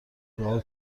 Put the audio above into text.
دعا